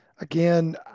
Again